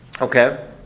Okay